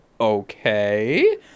okay